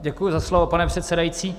Děkuji za slovo, pane předsedající.